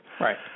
Right